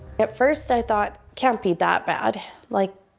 at first, i thought can't be that bad. like,